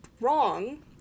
wrong